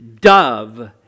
dove